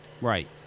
Right